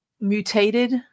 mutated